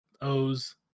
O's